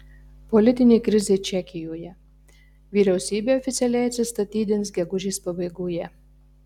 politinė krizė čekijoje vyriausybė oficialiai atsistatydins gegužės pabaigoje